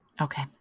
Okay